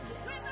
Yes